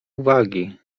uwagi